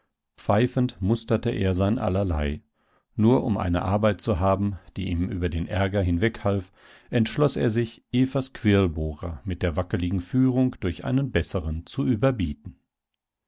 pfeifend musterte er sein allerlei nur um eine arbeit zu haben die ihm über den ärger hinweghalf entschloß er sich evas quirlbohrer mit der wackeligen führung durch einen besseren zu überbieten